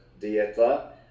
dieta